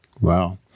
Wow